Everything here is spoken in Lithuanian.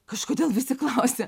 kažkodėl visi klausia